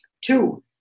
Two